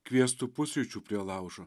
kviestų pusryčių prie laužo